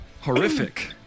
horrific